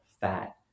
fat